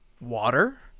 Water